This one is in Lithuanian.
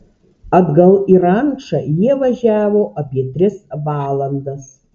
atgal į rančą jie važiavo apie tris valandas